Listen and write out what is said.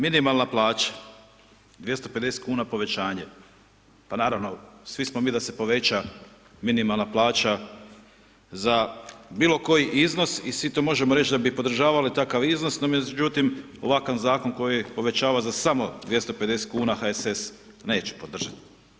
Minimalna plaća, 250,00 kn povećanje, pa naravno, svi smo mi da se poveća minimalna plaća za bilo koji iznos i svi to možemo reći da bi podržavali takav iznos, no međutim, ovakav Zakon koji povećava za samo 250,00 kn HSS neće podržati.